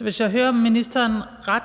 hvis jeg hører ministeren ret,